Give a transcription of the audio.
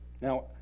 Now